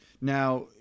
Now